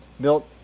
built